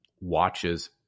watches